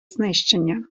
знищення